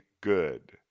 good